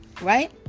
right